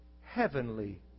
heavenly